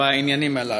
בעניינים הללו?